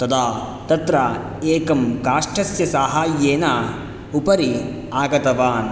तदा तत्र एकं काष्टस्य साहाय्येन उपरि आगतवान्